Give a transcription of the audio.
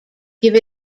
give